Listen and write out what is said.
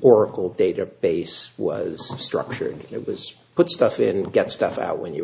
oracle database was structured it was put stuff in get stuff out when you